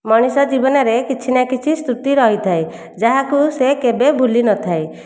ମଣିଷ ଜୀବନରେ କିଛି ନା କିଛି ସ୍ମୃତି ରହିଥାଏ ଯାହାକୁ ସେ କେବେ ଭୁଲି ନଥାଏ